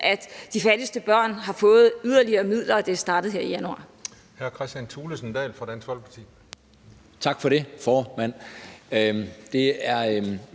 at de fattigste børn har fået yderligere midler, og det er startet her i januar.